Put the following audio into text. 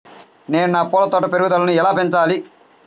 నేను నా పూల తోట పెరుగుదలను ఎలా పెంచాలి?